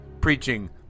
preaching